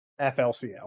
FLCL